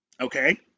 okay